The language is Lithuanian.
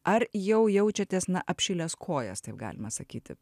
ar jau jaučiatės na apšilęs kojas taip galima sakyti